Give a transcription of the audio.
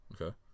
Okay